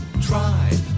Try